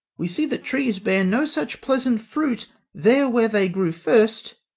we see that trees bear no such pleasant fruit there where they grew first,